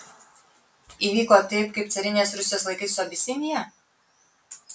įvyko taip kaip carinės rusijos laikais su abisinija